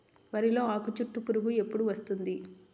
వరిలో ఆకుచుట్టు పురుగు ఎప్పుడు వస్తుంది?